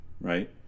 right